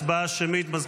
הצבעה שמית.